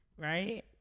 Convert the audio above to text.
right